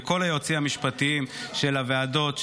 וכל היועצים המשפטיים של הוועדות,